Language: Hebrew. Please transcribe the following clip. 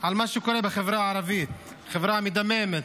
על מה שקורה בחברה הערבית, חברה מדממת.